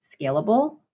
scalable